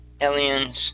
aliens